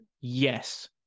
yes